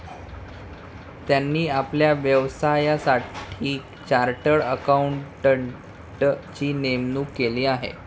त्यांनी आपल्या व्यवसायासाठी चार्टर्ड अकाउंटंटची नेमणूक केली आहे